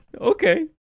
okay